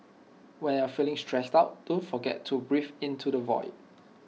when you are feeling stressed out don't forget to breathe into the void